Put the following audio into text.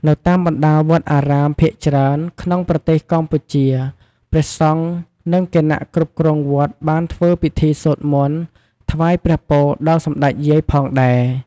នៅតាមបណ្តាវត្តអារាមភាគច្រើនក្នុងប្រទេសកម្ពុជាព្រះសង្ឃនិងគណៈគ្រប់គ្រងវត្តបានធ្វើពិធីសូត្រមន្ត ថ្វាយព្រះពរដល់សម្តេចយាយផងដែរ។